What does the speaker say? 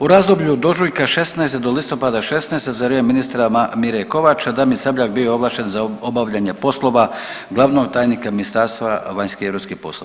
U razdoblju od ožujka '16. do listopada '16. za vrijeme ministra Mire Kovača Damir Sabljak bio je ovlašten za obavljanje poslova glavnog tajnika Ministarstva vanjskih i europskih poslova.